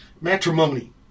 Matrimony